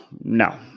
no